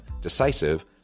decisive